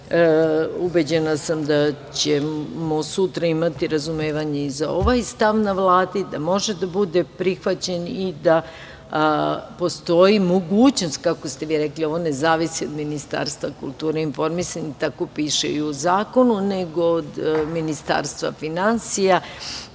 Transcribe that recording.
Ubeđena sam da ćemo sutra imati razumevanja i za ovaj stav na Vladi, da može da bude prihvaćen i da postoji mogućnost, kako ste vi rekli, ovo ne zavisi od Ministarstva kulture i informisanja, tako piše i u zakonu, nego od Ministarstva finansija,